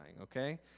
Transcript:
Okay